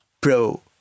pro